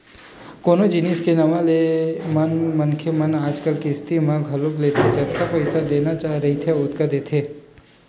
कोनो जिनिस के नवा ले म मनखे मन आजकल किस्ती म घलोक लेथे जतका पइसा देना रहिथे ओतका देथे